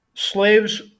Slaves